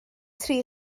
tri